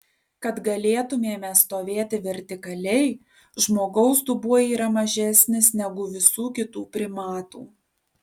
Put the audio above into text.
kad galėtumėme stovėti vertikaliai žmogaus dubuo yra mažesnis negu visų kitų primatų